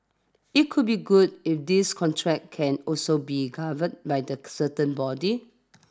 it could be good if this contract can also be governed by the certain body